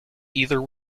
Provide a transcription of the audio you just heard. either